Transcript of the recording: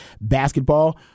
basketball